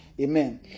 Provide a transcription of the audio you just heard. Amen